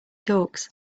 talks